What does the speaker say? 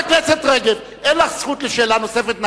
חברת הכנסת רגב, אין לך זכות לשאלה נוספת.